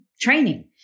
training